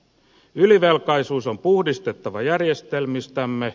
ylivelkaisuus on puhdistettava järjestelmistämme